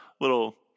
little